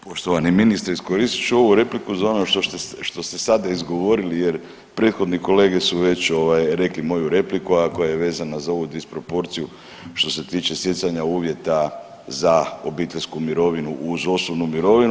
Poštovani ministre, iskoristit ću ovu repliku za ono što ste sada izgovorili jer prethodni kolege su već rekli moju repliku, a koja je vezana za ovu disproporciju što se tiče stjecanja uvjeta za obiteljsku mirovinu uz osobnu mirovinu.